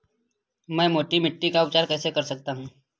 मैं मोटी मिट्टी का उपचार कैसे कर सकता हूँ?